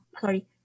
sorry